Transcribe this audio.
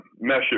measure